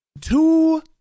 Two